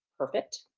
perfect.